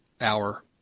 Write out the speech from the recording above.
hour